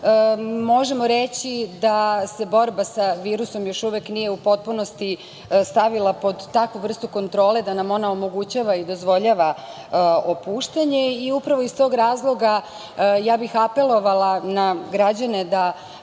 Možemo reći da se borba sa virusom još uvek nije u potpunosti stavila pod takvu vrstu kontrole da nam ona omogućava i dozvoljava opuštanje i upravo iz tog razloga ja bih apelovala na građane da